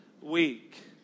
week